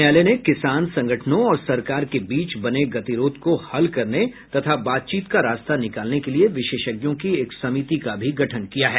न्यायालय ने किसान संगठनों और सरकार के बीच बने गतिरोध को हल करने तथा बातचीत का रास्ता निकालने के लिए विशेषज्ञों की एक समिति का भी गठन किया है